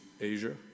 Asia